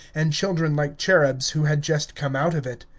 and children like cherubs who had just come out of it.